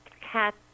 cat